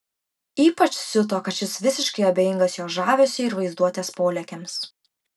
ypač siuto kad šis visiškai abejingas jo žavesiui ir vaizduotės polėkiams